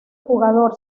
jugador